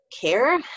care